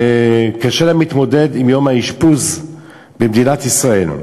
קשה להם להתמודד עם מחיר יום האשפוז במדינת ישראל.